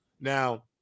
Now